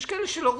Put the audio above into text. יש מי שלא רוצים.